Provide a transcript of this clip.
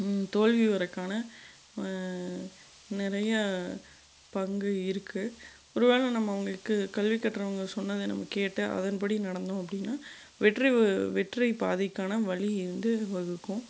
தோல்வியுறதுக்கான நிறைய பங்கு இருக்குது ஒரு வேளை நம்ம அவங்களுக்கு கல்வி கற்றவங்க சொன்னதை நம்ம கேட்டு அதன்படி நடந்தோம் அப்படின்னா வெற்றி வெற்றி பாதைக்கான வழி வந்து வகுக்கும்